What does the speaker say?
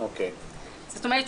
זאת אומרת,